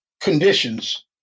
conditions